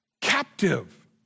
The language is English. captive